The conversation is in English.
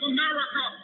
America